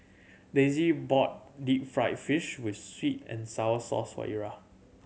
Daisie bought deep fried fish with sweet and sour sauce for Ira